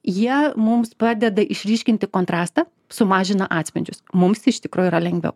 jie mums padeda išryškinti kontrastą sumažina atspindžius mums iš tikro yra lengviau